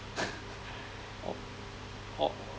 or or